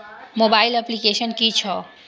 Mobile application कि छै?